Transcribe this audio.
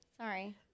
Sorry